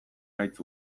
gaitz